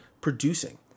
producing